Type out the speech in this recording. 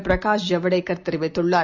பிரகாஷ் ஜவடேகர் தெரிவித்துள்ளார்